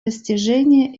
достижения